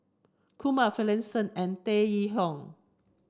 Kumar Finlayson and Tan Yee Hong